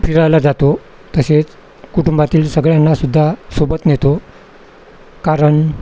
फिरायला जातो तसेच कुटुंबातील सगळ्यांना सुद्धा सोबत नेतो कारण